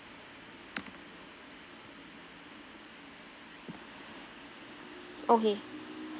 okay